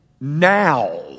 now